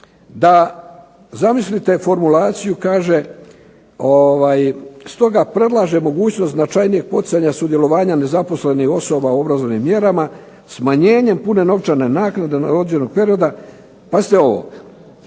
zamislite formulaciju koja kaže stoga predlaže mogućnost značajnijeg poticanja sudjelovanja nezaposlenih osoba u obrazovnim mjerama, smanjenjem pune novčane naknade do određenog perioda pazite ovo,